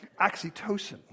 oxytocin